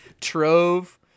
trove